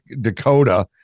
Dakota